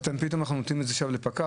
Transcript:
פתאום אנחנו נותנים את זה עכשיו לפקח?